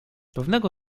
pewnego